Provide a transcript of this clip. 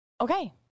Okay